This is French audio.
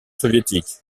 soviétique